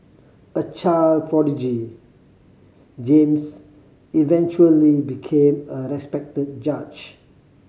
a child prodigy James eventually became a respected judge